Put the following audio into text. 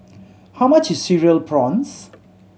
how much is Cereal Prawns